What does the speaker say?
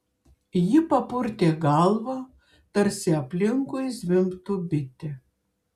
ji papurtė galvą tarsi aplinkui zvimbtų bitė